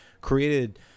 created